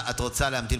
כי הממשלה,